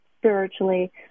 spiritually